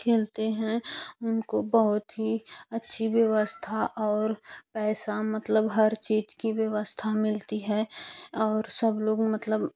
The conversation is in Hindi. खेलते हैं उनको बहुत ही अच्छी व्यवस्था और पैसा मतलब हर चीज़ की व्यवस्था मिलती है और सब लोग मतलब